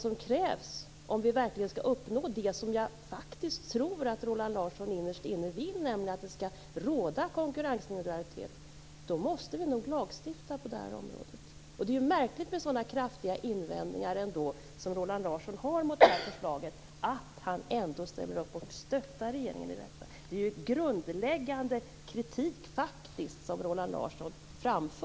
Om vi verkligen skall uppnå det som jag faktiskt tror att Roland Larsson innerst inne vill, nämligen att det skall råda konkurrensneutralitet, måste vi nog lagstifta på detta område. Det är ju märkligt att Roland Larsson ställer upp och stöttar regeringen när han har så kraftiga invändningar mot detta förslag. Han framför ju faktiskt grundläggande kritik.